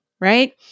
Right